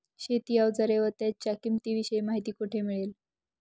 शेती औजारे व त्यांच्या किंमतीविषयी माहिती कोठे मिळेल?